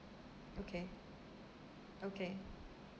okay okay